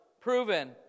proven